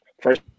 First